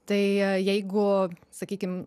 tai jeigu sakykim